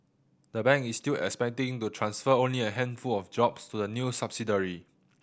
the bank is still expecting to transfer only a handful of jobs to the new subsidiary